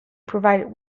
provided